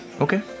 Okay